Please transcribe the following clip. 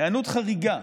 "היענות חריגה".